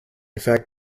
fact